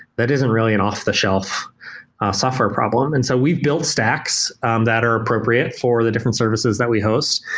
that isn't really an off-the-shelf software problem, and so we've built stacks um that are appropriate for the different services that we host.